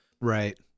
Right